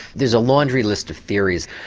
there's a laundry list of theories.